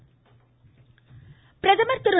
பிரதமர் பிரதமர் திரு